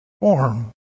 form